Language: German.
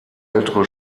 ältere